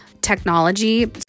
technology